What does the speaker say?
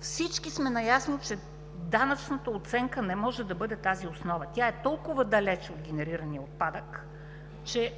Всички сме наясно, че данъчната оценка не може да бъде на тази основа. Тя е толкова далеч от генерирания отпадък, че